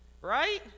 Right